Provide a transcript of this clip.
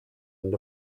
and